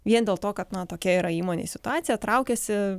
vien dėl to kad na tokia yra įmonėj situacija traukiasi